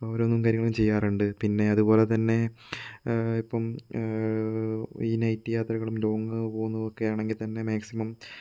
ഓരോന്നും കാര്യങ്ങള് ചെയ്യാറുണ്ട് പിന്നെ അതുപോലെ തന്നെ ഇപ്പോൾ ഈ നൈറ്റ് യാത്രകളും ലോങ്ങ് പോകുന്നതുമൊക്കെ ആണെങ്കിൽ തന്നെ മാക്സിമം